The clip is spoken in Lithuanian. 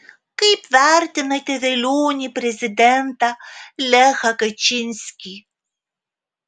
kaip vertinate velionį prezidentą lechą kačinskį